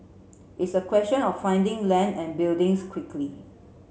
it's a question of finding land and buildings quickly